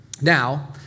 Now